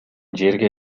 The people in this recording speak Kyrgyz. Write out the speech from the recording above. жерге